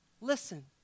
Listen